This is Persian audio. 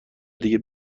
دیگه